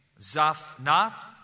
zaphnath